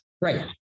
Right